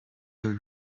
your